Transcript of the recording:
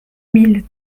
mille